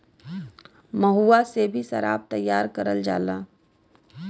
महुआ से भी सराब तैयार करल जाला